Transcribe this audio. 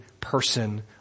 person